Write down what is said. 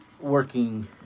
working